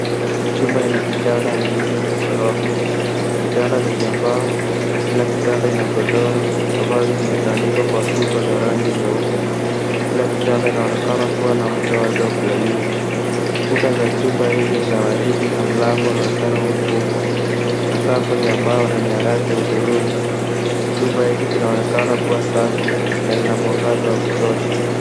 Chumba ina vitanda viwili vya ghorofa. Vitanda ni vya mbao, na kila kitanda ina godoro ambazo zimetandikwa kwa shuka za rangi nyeupe. Kila kitanda inaonekana kuwa na mto wake wa kulalia. Kuta za chumba hizi ni za waridi na mlango unaonekana umefungwa. Sakafu ni ya mbao na ni ya rangi hudhurungi. Chumba hiki kinaonekana kuwa safi, na lina mwangaza wa kutosha.